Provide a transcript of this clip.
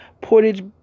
Portage